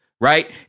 right